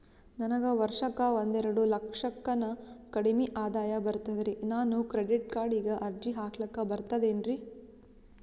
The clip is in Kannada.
ನನಗ ವರ್ಷಕ್ಕ ಒಂದೆರಡು ಲಕ್ಷಕ್ಕನ ಕಡಿಮಿ ಆದಾಯ ಬರ್ತದ್ರಿ ನಾನು ಕ್ರೆಡಿಟ್ ಕಾರ್ಡೀಗ ಅರ್ಜಿ ಹಾಕ್ಲಕ ಬರ್ತದೇನ್ರಿ?